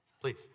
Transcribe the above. Please